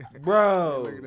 bro